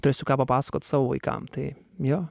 turėsiu ką papasakot savo vaikam tai jo